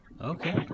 Okay